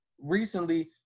recently